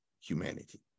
humanity